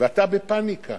ואתה בפניקה.